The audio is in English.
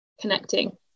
connecting